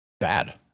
bad